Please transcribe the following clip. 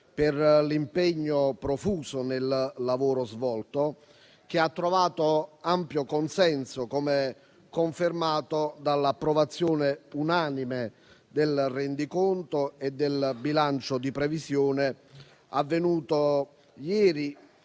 del Collegio dei Questori, che ha trovato ampio consenso, come confermato dall'approvazione unanime del rendiconto e del bilancio di previsione avvenuta ieri,